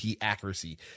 accuracy